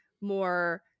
more